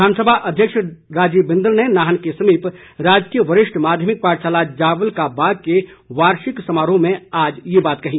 विधानसभा अध्यक्ष राजीव बिंदल ने नाहन के समीप राजकीय वरिष्ठ माध्यमिक पाठशाला जाबल का बाग के वार्षिक समारोह में आज ये बात कही